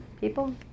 people